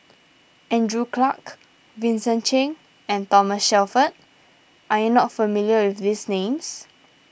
Andrew Clarke Vincent Cheng and Thomas Shelford are you not familiar with these names